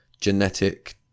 genetic